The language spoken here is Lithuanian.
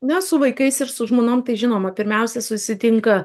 ne su vaikais ir su žmonom tai žinoma pirmiausia susitinka